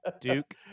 Duke